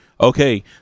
Okay